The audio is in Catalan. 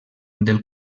del